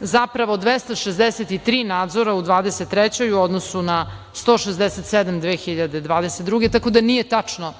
Zapravo, 263 nadzora u 2023. godini u odnosu na 167, 2022. godine, tako da nije tačno